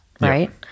right